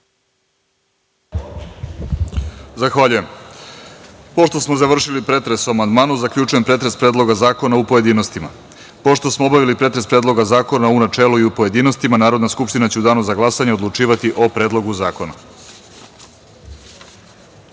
Zahvaljujem. Pošto smo završili pretres o amandmanu, zaključujem pretres Predloga zakona u pojedinostima. Pošto smo obavili pretres Predloga zakona u načelu i u pojedinostima, Narodna skupština će u Danu za glasanje odlučivati o predlogu zakona. Dame